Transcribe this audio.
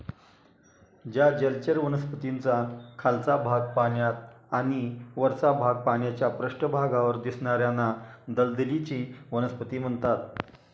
ज्या जलचर वनस्पतींचा खालचा भाग पाण्यात आणि वरचा भाग पाण्याच्या पृष्ठभागावर दिसणार्याना दलदलीची वनस्पती म्हणतात